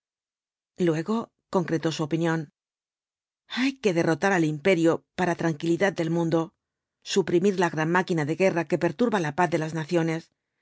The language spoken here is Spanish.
luego concretó su opinión hay que derrotar al imperio para tranquilidad del mundo suprimir la gran máquina de guerra que perturba la paz de las naciones